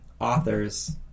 authors